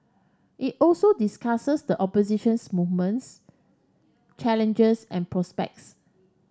it also discusses the oppositions movement's challenges and prospects